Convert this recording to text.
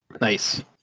Nice